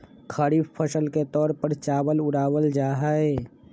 खरीफ फसल के तौर पर चावल उड़ावल जाहई